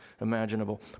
imaginable